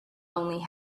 only